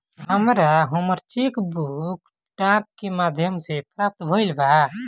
हमरा हमर cheque book डाक के माध्यम से प्राप्त भईल बा